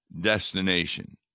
destination